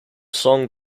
song